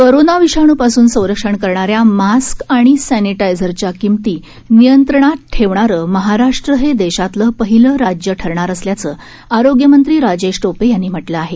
corona विषाणू पासून संरक्षण करणाऱ्या मास्क आणि सॅनिटायझरच्या किमती नियंत्रणात ठेवणारं महाराष्ट्र हे देशातलं पहिलं राज्य ठरणार असल्याचं आरोग्य मंत्री राजेश टोपे यांनी म्हटलं आहे